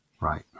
Right